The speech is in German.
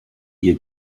ihr